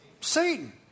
Satan